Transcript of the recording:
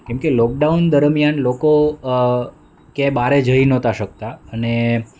કેમકે લોકડાઉન દરમ્યાન લોકો ક્યાંય બહારે જઈ નહોતા શકતા અને